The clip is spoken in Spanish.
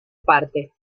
parte